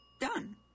done